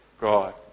God